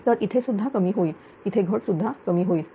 तर इथे सुद्धा कमी होईल इथे घट सुद्धा कमी होईल